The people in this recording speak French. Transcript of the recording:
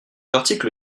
article